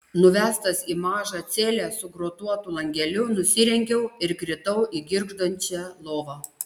nuvestas į mažą celę su grotuotu langeliu nusirengiau ir kritau į girgždančią lovą